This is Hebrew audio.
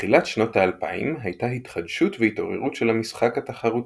בתחילת שנות ה-2000 הייתה התחדשות והתעוררות של המשחק התחרותי,